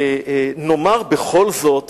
נאמר בכל זאת